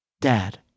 Dad